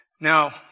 Now